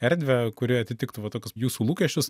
erdvę kuri atitiktų va tokius jūsų lūkesčius